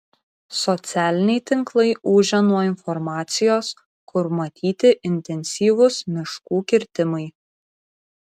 socialiniai tinklai ūžia nuo informacijos kur matyti intensyvūs miškų kirtimai